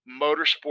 motorsport